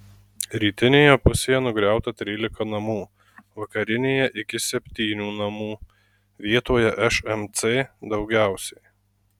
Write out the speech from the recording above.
rytinėje pusėje nugriauta trylika namų vakarinėje iki septynių namų vietoje šmc daugiausiai